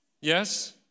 Yes